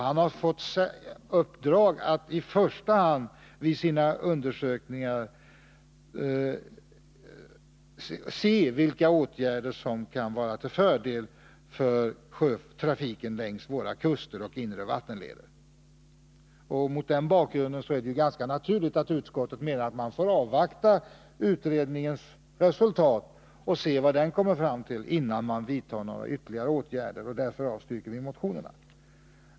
Han har fått i uppdrag att undersöka i första hand vilka åtgärder som kan vara till fördel för trafiken längs våra kuster och inre vattenleder. Mot den bakgrunden är det naturligt att utskottet menar att man får avvakta utredningens resultat innan man vidtar några ytterligare åtgärder. Därför avstyrker vi motionerna.